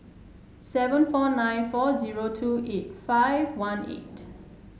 seven four nine four zero two eight five one eight